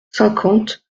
cinquante